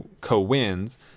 co-wins